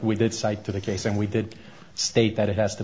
we did cite to the case and we did state that it has t